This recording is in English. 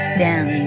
down